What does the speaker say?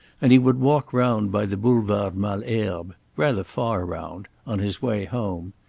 and he would walk round by the boulevard malesherbes rather far round on his way home.